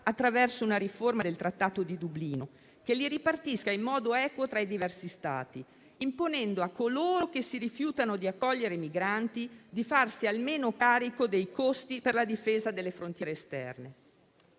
attraverso una riforma del Regolamento di Dublino, che li ripartisca in modo equo tra i diversi Stati, imponendo a coloro che si rifiutano di accogliere i migranti di farsi almeno carico dei costi per la difesa delle frontiere esterne.